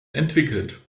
entwickelt